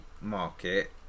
market